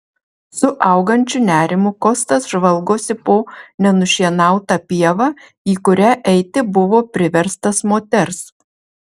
su augančiu nerimu kostas žvalgosi po nenušienautą pievą į kurią eiti buvo priverstas moters